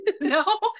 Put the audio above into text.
No